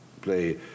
play